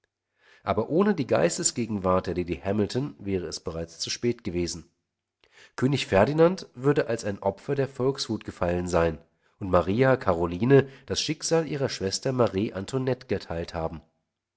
aber ohne die geistesgegenwart der lady hamilton wäre es bereits zu spät gewesen könig ferdinand würde als ein opfer der volkswut gefallen sein und maria karoline das schicksal ihrer schwester marie antoinette geteilt haben